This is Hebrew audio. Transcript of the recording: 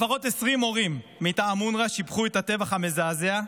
לפחות 20 מורים מטעם אונר"א שיבחו את הטבח המזעזע.